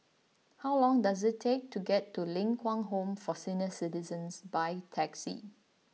how long does it take to get to Ling Kwang Home for Senior Citizens by taxi